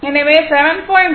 எனவே 7